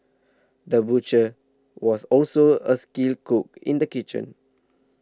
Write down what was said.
the butcher was also a skilled cook in the kitchen